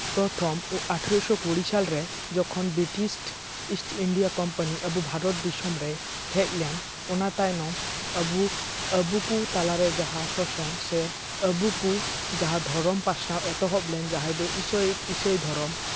ᱯᱨᱚᱛᱷᱚᱢ ᱟᱴᱷᱨᱳ ᱥᱚ ᱠᱩᱲᱤ ᱥᱟᱞᱨᱮ ᱡᱚᱠᱷᱚᱱ British East India company Bharat ᱫᱤᱥᱚᱢ ᱨᱮᱭ ᱦᱮᱡ ᱞᱮᱱ ᱚᱱᱟ ᱛᱟᱭᱱᱚᱢ ᱟᱵᱚ ᱟᱵᱚ ᱠᱚ ᱛᱟᱞᱟ ᱨᱮ ᱡᱟᱦᱟᱸ ᱥᱟᱥᱚᱱ ᱥᱮ ᱟᱵᱚ ᱠᱚ ᱡᱟᱦᱟᱸ ᱫᱷᱚᱨᱚᱢ ᱯᱟᱥᱱᱟᱣ ᱮᱛᱚᱦᱚᱵ ᱞᱮᱱ ᱡᱟᱦᱟᱸᱭ ᱫᱚ ᱤᱥᱟᱹᱭ ᱤᱥᱟᱹᱭ ᱫᱷᱚᱨᱚᱢ